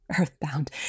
earthbound